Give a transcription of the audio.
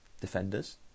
defenders